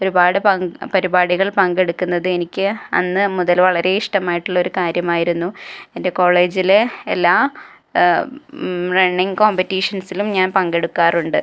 ഒരുപാട് പരിപാടികൾ പങ്കെടുക്കുന്നത് എനിക്ക് അന്ന് മുതൽ വളരെ ഇഷ്ടമായിട്ടുള്ള ഒരു കാര്യമായിരുന്നു എൻ്റെ കോളേജിലെ എല്ലാ റണ്ണിംഗ് കോമ്പറ്റിഷൻസിലും ഞാൻ പങ്കെടുക്കാറുണ്ട്